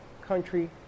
country